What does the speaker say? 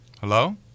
Hello